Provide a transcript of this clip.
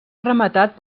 rematat